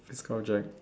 physical object